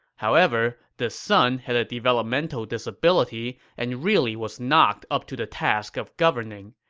however, this son had a developmental disability and really was not up to the task of governing.